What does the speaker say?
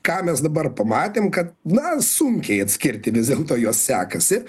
ką mes dabar pamatėm kad na sunkiai atskirti vis dėlto juos sekasi